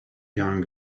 young